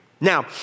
Now